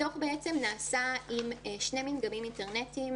הדוח נעשה עם שני מדגמים אינטרנטיים